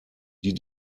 die